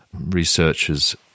researchers